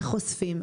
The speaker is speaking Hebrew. איך אוספים,